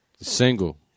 Single